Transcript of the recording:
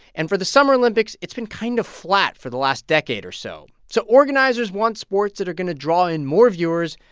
and for the summer olympics, it's been kind of flat for the last decade or so. so organizers want sports that are going to draw in more viewers,